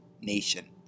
nation